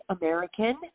American